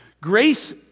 grace